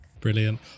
brilliant